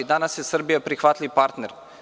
Danas je Srbija prihvatljiv partner.